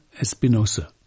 Espinosa